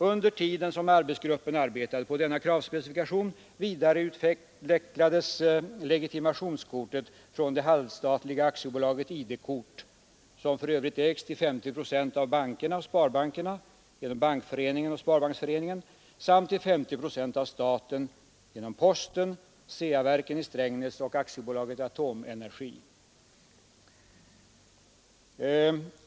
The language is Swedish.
Under tiden som arbetsgruppen arbetade på denna kravspecifikation vidareutvecklades legitimationskortet från det halvstatliga Aktiebolaget ID-kort som för övrigt till 50 procent ägs av bankerna och sparbankerna genom Bankföreningen och Sparbanksföreningen samt till 50 procent av staten genom posten, Ceaverken i Strängnäs och AB Atomenergi.